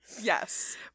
Yes